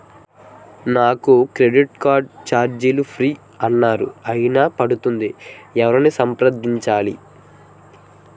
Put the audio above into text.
నా credit card ఛార్జీలు free అన్నారు అయినా పడుతుంది ఎవరిని సంప్రదించాలి?